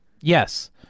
Yes